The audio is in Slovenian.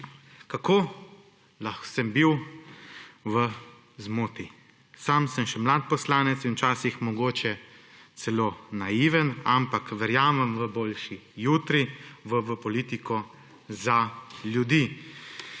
Kako sem bil v zmoti! Sam sem še mlad poslanec in včasih mogoče celo naiven, ampak verjamem v boljši jutri, v politiko za ljudi.